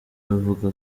bavuga